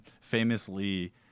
famously